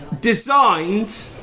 designed